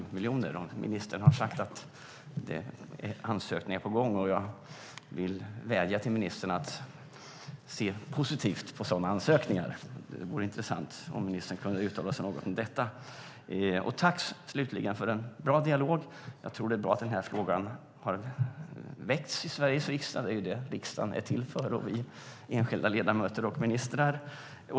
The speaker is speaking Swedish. Ministern har sagt att det är ansökningar på gång, och jag vädjar till ministern att se positivt på sådana ansökningar. Det vore intressant om ministern kunde uttala sig något om detta. Tack slutligen för en bra dialog, och jag tror att det är bra att den här frågan har väckts i Sveriges riksdag. Det är ju sådant riksdagen är till för, vi enskilda ledamöter och ministrar.